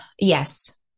yes